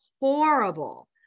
horrible